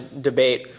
debate